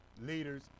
leaders